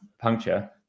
puncture